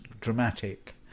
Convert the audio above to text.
dramatic